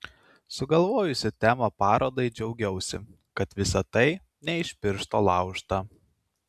sugalvojusi temą parodai džiaugiausi kad visa tai ne iš piršto laužta